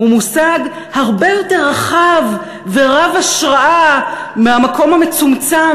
הוא מושג הרבה יותר רחב ורב-השראה מהמקום המצומצם